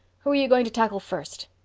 who are you going to tackle first?